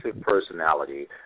personality